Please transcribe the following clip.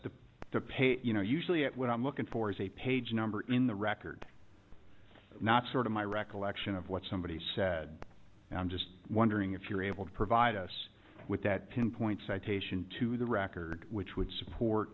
to pay you know usually what i'm looking for is a page number in the record not sort of my recollection of what somebody said and i'm just wondering if you're able to provide us with that pinpoint citation to the record which would support